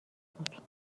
بود